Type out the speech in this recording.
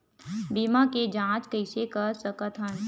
बीमा के जांच कइसे कर सकत हन?